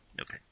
Okay